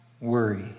worry